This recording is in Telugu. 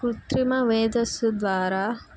కృత్రిమ వేదస్సు ద్వారా